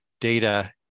data